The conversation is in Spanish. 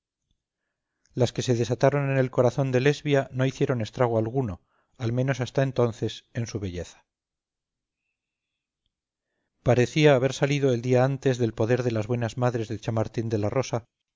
las que se desataron en el corazón de lesbia no hicieron estrago alguno al menos hasta entonces en su belleza parecía haber salido el día antes del poder de las buenas madres de chamartín de la rosa